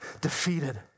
defeated